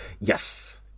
Yes